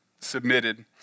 submitted